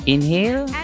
Inhale